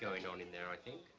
going on in there i think